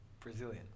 Brazilian